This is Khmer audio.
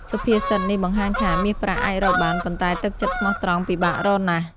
សុភាសិតនេះបង្ហាញថា «មាសប្រាក់អាចរកបាន ប៉ុន្តែទឹកចិត្តស្មោះត្រង់ពិបាករកណាស់»។